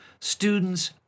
Students